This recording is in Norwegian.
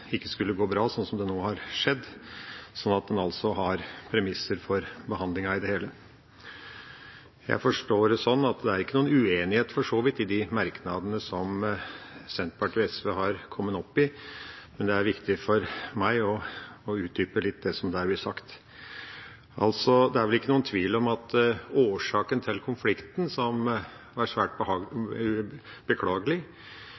ikke skulle gå bra, slik som nå har skjedd, slik at en altså har premisser for behandlingen i det hele. Jeg forstår det sånn at det for så vidt ikke er noen uenighet når det gjelder de merknadene som Senterpartiet og SV har, men det er viktig for meg å utdype litt det som der blir sagt. Det er vel ikke noen tvil om at årsaken til konflikten, som var svært